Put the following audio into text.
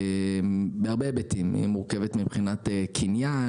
מהרבה היבטים: היא מורכבת מבחינת קניין;